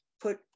put